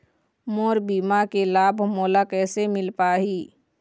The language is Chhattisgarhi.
मोर बीमा के लाभ मोला कैसे मिल पाही?